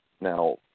Now